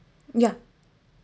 yeah